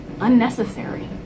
unnecessary